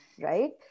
Right